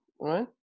right